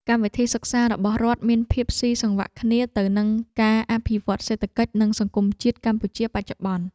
កម្មវិធីសិក្សារបស់រដ្ឋមានភាពស៊ីសង្វាក់គ្នាទៅនឹងការអភិវឌ្ឍន៍សេដ្ឋកិច្ចនិងសង្គមជាតិកម្ពុជាបច្ចុប្បន្ន។